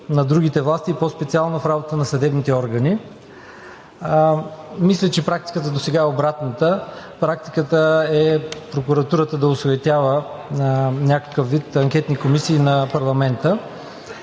на другите власти и по-специално в работата на съдебните органи. Мисля, че практиката досега е обратната. Практиката е прокуратурата да осуетява някакъв вид анкетни комисии на парламента.